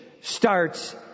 starts